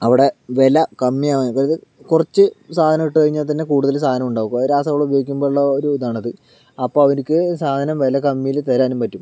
അവിടെ വില കമ്മിയാവുന്നത് അതായത് കുറച്ചു സാധനം ഇട്ടു കഴിഞ്ഞാൽ തന്നെ കൂടുതൽ സാധനം ഉണ്ടാകും അത് രാസവളം ഉപയോഗിക്കുമ്പോഴുള്ള ഒരിതാണത് അപ്പോൾ അവർക്ക് സാധനം വില കമ്മിയിൽ തരാനും പറ്റും